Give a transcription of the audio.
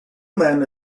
men